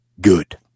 good